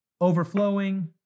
Overflowing